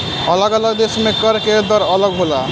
अलग अलग देश में कर के दर अलग होला